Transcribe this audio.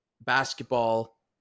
basketball